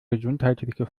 gesundheitliche